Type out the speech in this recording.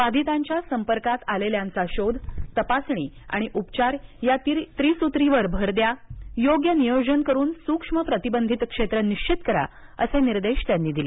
बाधितांच्या संपर्कात आलेल्यांचा शोध तपासणी आणि उपचार या त्रिसूत्रीवर भर द्या योग्य नियोजन करून सूक्ष्म प्रतिबंधित क्षेत्र निश्वित करा असे निर्देश त्यांनी दिले